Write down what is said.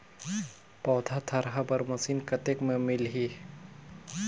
पौधा थरहा बर मशीन कतेक मे मिलही?